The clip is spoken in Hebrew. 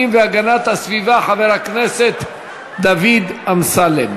והגנת הסביבה חבר הכנסת דוד אמסלם.